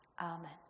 Amen